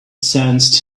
sensed